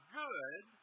good